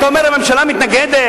אתה אומר שהממשלה תתנגד,